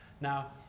Now